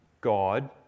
God